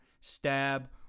stab